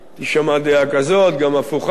תישמע דעה כזאת, גם הפוכה.